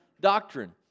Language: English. doctrine